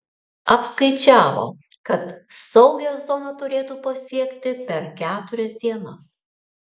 apskaičiavo kad saugią zoną turėtų pasiekti per keturias dienas